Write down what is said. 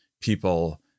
people